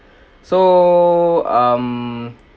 so um